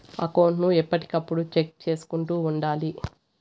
account ను ఎప్పటికప్పుడు check చేసుకుంటూ ఉండాలి